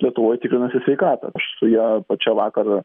lietuvoj tikrinasi sveikatą aš su ja pačia vakar